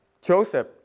Joseph